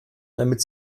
damit